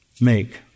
make